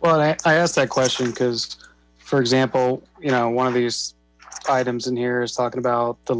but i asked that question because for example one of these items in here is talking about the